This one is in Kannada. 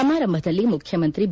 ಸಮಾರಂಭದಲ್ಲಿ ಮುಖ್ಯಮಂತ್ರಿ ಬಿ